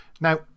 now